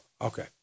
okay